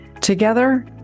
Together